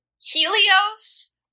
Helios